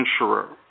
insurer